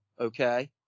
okay